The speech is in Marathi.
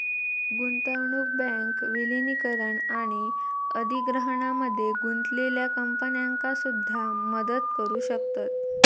गुंतवणूक बँक विलीनीकरण आणि अधिग्रहणामध्ये गुंतलेल्या कंपन्यांका सुद्धा मदत करू शकतत